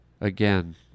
Again